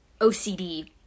OCD